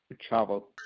travel